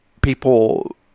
people